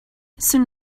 soon